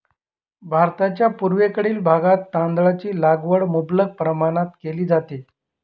भारताच्या पूर्वेकडील भागात तांदळाची लागवड मुबलक प्रमाणात केली जाते